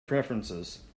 preferences